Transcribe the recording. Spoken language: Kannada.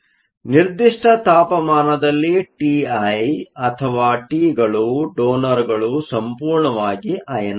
ನಿರ್ದಿಷ್ಟ ತಾಪಮಾನದಲ್ಲಿ ಟಿಐ ಅಥವಾ ಟಿಗಳು ಡೋನರ್ಗಳು ಸಂಪೂರ್ಣವಾಗಿ ಅಯನೈಸ಼್ ಆಗಿವೆ